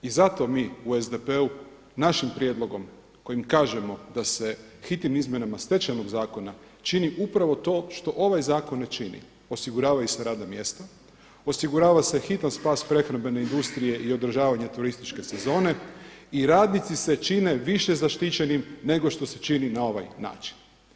I zato mi u SDP-u našim prijedlogom kojim kažemo da se hitnim izmjenama Stečajnog zakona čini upravo to što ovaj zakon ne čini – osiguravaju se radna mjesta, osigurava se hitan spas prehrambene industrije i održavanje turističke sezone i radnici se čine više zaštićenim nego što se čini na ovaj način.